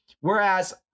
Whereas